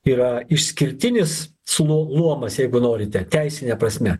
yra išskirtinis slu luomas jeigu norite teisine prasme